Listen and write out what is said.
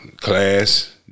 class